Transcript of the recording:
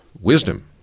wisdom